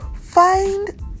Find